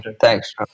Thanks